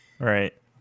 Right